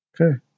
Okay